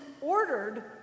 ordered